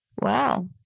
Wow